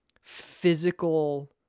physical